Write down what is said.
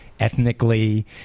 ethnically